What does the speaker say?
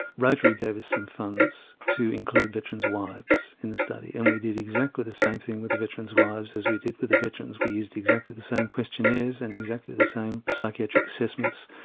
rotary gave us some funds to include veterans' wives in the study and we did exactly the same thing with the veterans' wives as we did with the veterans, we used exactly the same questionnaires and exactly the same psychiatric assessments.